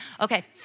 Okay